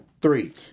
three